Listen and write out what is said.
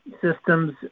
systems